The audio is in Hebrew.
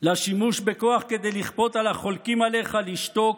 לשימוש בכוח כדי לכפות על החולקים עליך לשתוק,